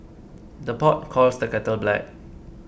the pot calls the kettle black